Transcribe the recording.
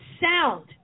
sound